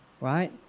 right